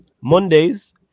Mondays